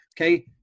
okay